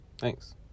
Thanks